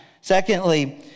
Secondly